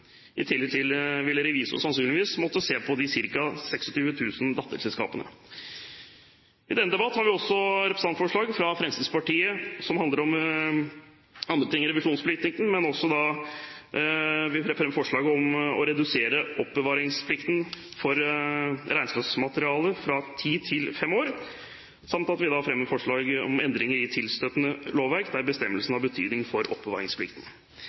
I tillegg vil revisor sannsynligvis måtte se på de ca. 26 000 datterselskapene. I denne debatten har vi også et representantforslag fra Fremskrittspartiet som handler om andre ting i revisjonsplikten. Vi fremmer forslag om å redusere oppbevaringsplikten for regnskapsmateriale fra ti til fem år samt at vi fremmer forslag om endringer i tilstøtende lovverk der bestemmelsene har betydning for oppbevaringsplikten.